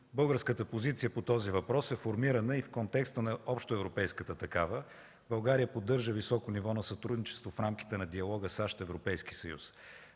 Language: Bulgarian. Българската позиция по този въпрос е формирана и в контекста на общоевропейската такава. България поддържа високо ниво на сътрудничество в рамките на диалога САЩ – Европейски съюз.